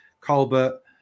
Colbert